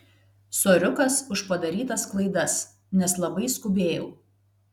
soriukas už padarytas klaidas nes labai skubėjau